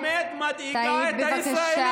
למה האמת מדאיגה את הישראלים?